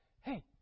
hey